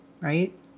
Right